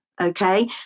Okay